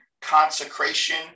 consecration